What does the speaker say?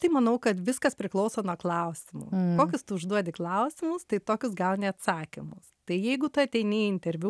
tai manau kad viskas priklauso nuo klausimų kokius tu užduodi klausimus tai tokius gauni atsakymus tai jeigu tu ateini į interviu